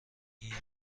این